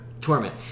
Torment